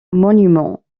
monuments